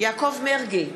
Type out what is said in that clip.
יעקב מרגי,